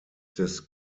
des